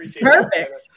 Perfect